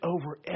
over